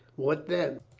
what then?